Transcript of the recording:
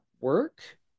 work